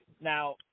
Now